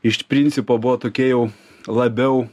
iš principo buvo tokie jau labiau